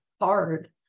hard